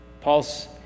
Paul's